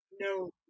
No